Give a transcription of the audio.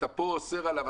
כשאתה פה אוסר עליו,